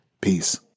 Peace